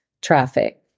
traffic